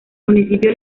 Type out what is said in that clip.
municipio